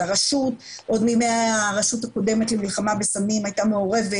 אז הרשות עוד מימי הרשות הקודמת של מלחמה בסמים הייתה מעורבת